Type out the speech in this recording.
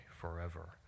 forever